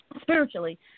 spiritually